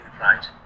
right